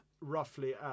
roughly